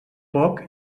poc